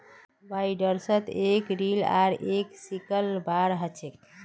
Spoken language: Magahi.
बाइंडर्सत एक रील आर एक सिकल बार ह छे